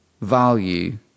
value